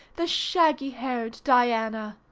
the shaggy-haired diana.